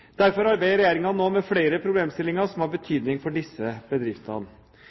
Derfor arbeider regjeringen nå med flere problemstillinger som har betydning for disse bedriftene.